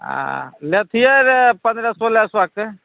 आ लेतियै रए पन्द्रह सोलह सएके